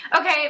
okay